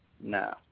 No